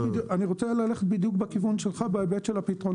אני רוצה ללכת בדיוק בכיוון שלך בהיבט של הפתרונות.